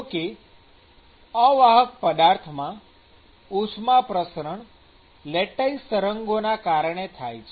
જોકે અવાહક પદાર્થમાં ઉષ્મા પ્રસરણ લેટાઈસ તરંગોના કારણે થાય છે